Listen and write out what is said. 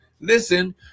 listen